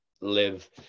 live